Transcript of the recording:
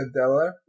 adela